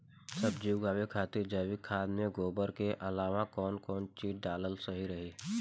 सब्जी उगावे खातिर जैविक खाद मे गोबर के अलाव कौन कौन चीज़ डालल सही रही?